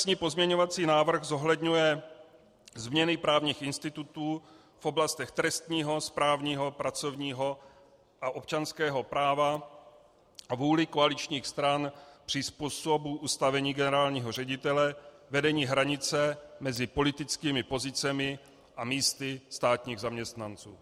Komplexní pozměňovací návrh zohledňuje změny právních institutů v oblastech trestního, správního, pracovního a občanského práva a vůli koaličních stran při způsobu ustavení generálního ředitele, vedení hranice mezi politickými pozicemi a místy státních zaměstnanců.